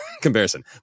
comparison